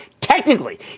Technically